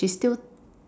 she still